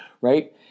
right